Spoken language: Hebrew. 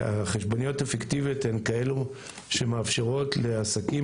החשבוניות הפיקטיביות הן כאלה שמאפשרות לעסקים